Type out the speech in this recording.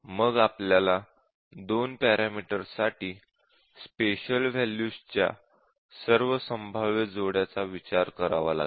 मग आपल्याला 2 पॅरामीटर्ससाठी स्पेशल वॅल्यूज च्या सर्व संभाव्य जोड्यांचा विचार करावा लागेल